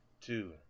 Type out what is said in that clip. two